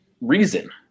reason